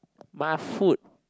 my foot